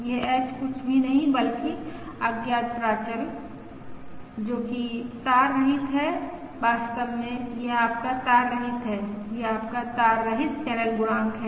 यह h कुछ भी नहीं है बल्कि अज्ञात प्राचल जो कि तार रहित है वास्तव में यह आपका तार रहित है यह आपका तार रहित चैनल गुणांक है